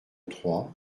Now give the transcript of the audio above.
trois